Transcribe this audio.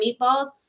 meatballs